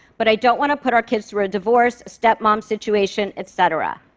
but i don't want to put our kids through a divorce, stepmom situation, etc.